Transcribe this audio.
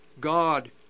God